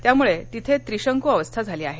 त्यामुळे तिथे त्रिशंकू अवस्था झाली आहे